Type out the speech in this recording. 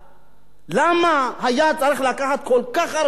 למה היה צריך לקחת כל כך הרבה זמן,